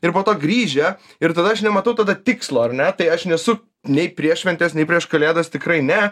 ir po to grįžę ir tada aš nematau tada tikslo ar ne tai aš nesu nei prieš šventes nei prieš kalėdas tikrai ne